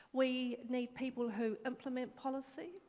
we need people who implement policy.